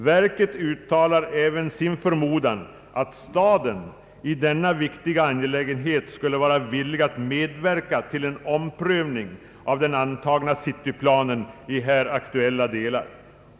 Verket uttalar även sin förmodan att staden i denna viktiga angelägenhet är villig att medverka till en omprövning av den antagna cityplanen i här aktuella delar.